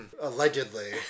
Allegedly